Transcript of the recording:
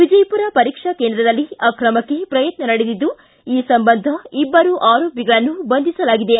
ವಿಜಯಪುರ ಪರೀಕ್ಷಾ ಕೇಂದ್ರದಲ್ಲಿ ಅಕ್ರಮಕ್ಕೆ ಪ್ರಯತ್ನ ನಡೆದಿದ್ದು ಈ ಸಂಬಂಧ ಇಬ್ಬರು ಆರೋಪಿಗಳನ್ನು ಬಂಧಿಸಲಾಗಿದೆ